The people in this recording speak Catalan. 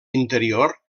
interior